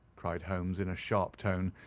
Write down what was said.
cried holmes, in a sharp tone,